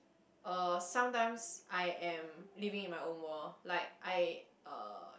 uh sometimes I am living in my own world like I uh